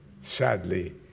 sadly